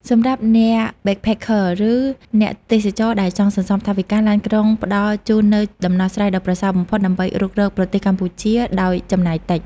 សម្រាប់អ្នក backpacker ឬអ្នកទេសចរណ៍ដែលចង់សន្សំថវិកា ឡានក្រុងផ្តល់ជូននូវដំណោះស្រាយដ៏ប្រសើរបំផុតដើម្បីរុករកប្រទេសកម្ពុជាដោយចំណាយតិច។